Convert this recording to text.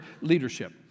leadership